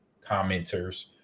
commenters